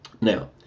Now